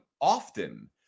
often